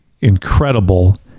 incredible